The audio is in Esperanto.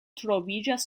troviĝas